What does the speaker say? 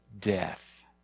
death